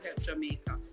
Jamaica